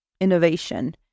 innovation